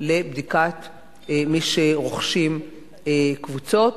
לבדיקת מי שרוכשים קבוצות,